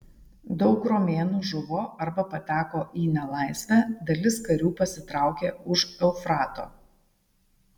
daug romėnų žuvo arba pateko į nelaisvę dalis karių pasitraukė už eufrato